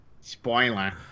Spoiler